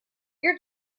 your